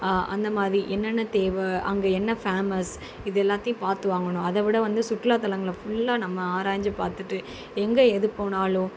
அந்தமாதிரி என்னென்ன தேவை அங்கே என்ன ஃபேமஸ் இது எல்லாத்தையும் பார்த்து வாங்கணும் அதைவிட வந்து சுற்றுலாத்தலங்களை ஃபுல்லாக நம்ம ஆராய்ஞ்சு பார்த்துட்டு எங்கே எதுப்போனாலும்